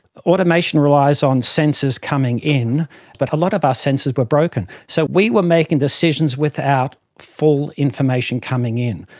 automation relies on sensors coming in but a lot of our sensors were but broken, so we were making decisions without full information coming in.